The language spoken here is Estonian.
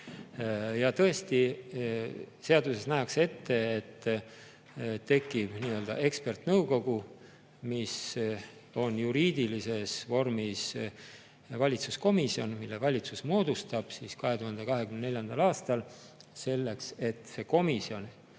Ja tõesti, seaduses nähakse ette, et tekib nii-öelda ekspertnõukogu, mis on juriidilises vormis valitsuskomisjon, mille valitsus moodustab 2024. aastal, selleks et see komisjon